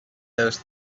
those